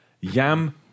Yam